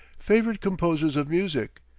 favorite composers of music,